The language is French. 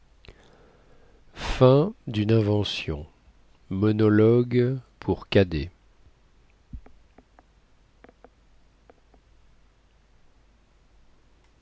une invention monologue pour cadet